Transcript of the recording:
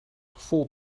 vol